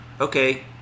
Okay